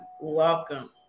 Welcome